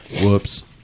whoops